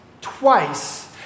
twice